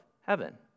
heaven